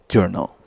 Journal